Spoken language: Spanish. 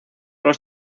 los